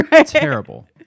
Terrible